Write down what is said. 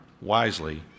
wisely